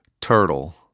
turtle